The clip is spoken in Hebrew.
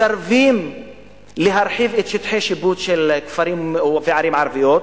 מסרבות להרחיב את שטחי השיפוט של כפרים וערים ערביות,